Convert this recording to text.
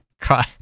cry